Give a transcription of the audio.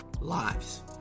lives